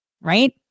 right